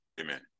Amen